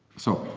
so,